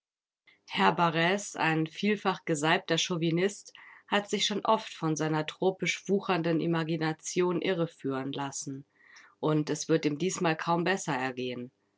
herr barrs ein vielfach gesalbter chauvinist hat sich schon oft von seiner tropisch wuchernden imagination irreführen lassen und es wird ihm diesmal kaum besser ergehen